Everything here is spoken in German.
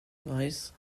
weiss